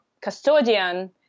custodian